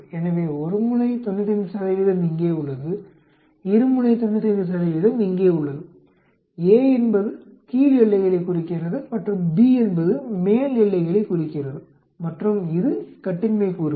எனவே ஒருமுனை 95 இங்கே உள்ளது இருமுனை 95 இங்கே உள்ளது a என்பது கீழ் எல்லைகளைக் குறிக்கிறது மற்றும் b என்பது மேல் எல்லைகளைக் குறிக்கிறது மற்றும் இது கட்டின்மை கூறுகள்